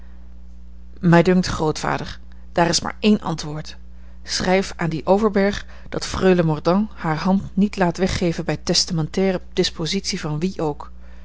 dunkt grootvader daar is maar één antwoord schrijf aan dien overberg dat freule mordaunt hare hand niet laat weggeven bij testamentaire dispositie van wie ook